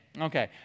okay